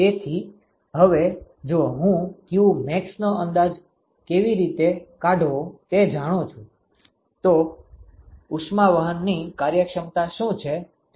તેથી હવે જો હું qmax નો અંદાજ કેવી રીતે કાઢવો તે જાણું છું તો ઉષ્માવહનની કાર્યક્ષમતા શું છે તે શોધી શકુ છુ